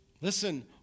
Listen